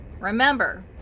remember